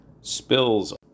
spills